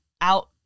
out